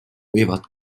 võivad